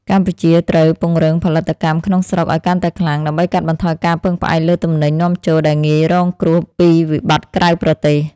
កម្ពុជាត្រូវពង្រឹងផលិតកម្មក្នុងស្រុកឱ្យកាន់តែខ្លាំង ដើម្បីកាត់បន្ថយការពឹងផ្អែកលើទំនិញនាំចូលដែលងាយរងគ្រោះពីវិបត្តិក្រៅប្រទេស។